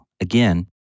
Again